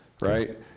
right